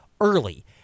early